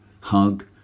hug